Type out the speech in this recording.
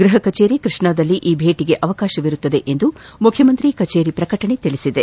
ಗೃಹಕಚೇರಿ ಕೃಷ್ಣಾದಲ್ಲಿ ಈ ಭೇಟಗೆ ಅವಕಾಶವಿರುತ್ತದೆ ಎಂದು ಮುಖ್ಯಮಂತ್ರಿ ಕಚೇರಿ ಪ್ರಕಟಣೆ ತಿಳಿಸಿದೆ